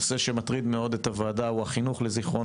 הנושא שמטריד מאוד את הוועדה הוא החינוך לזכרון